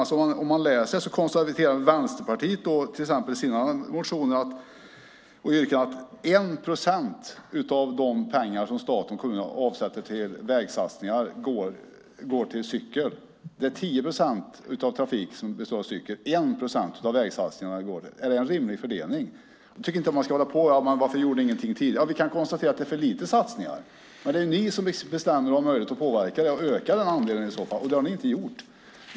Vänsterpartiet konstaterar i sina motioner och yrkanden att endast 1 procent av de pengar som staten och kommunerna avsätter till vägsatsningar går till cykel, medan 10 procent av trafiken består av cykling. Är det en rimlig fördelning? Jag tycker inte att man ska hålla på och tala om varför ingenting gjordes tidigare. Vi kan konstatera att det gjorts för lite satsningar. Men det är ni som bestämmer och har möjlighet att påverka och öka den andelen i så fall, och det har ni inte gjort.